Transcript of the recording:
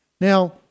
Now